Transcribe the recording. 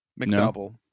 McDouble